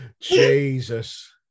Jesus